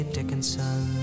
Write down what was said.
Dickinson